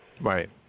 Right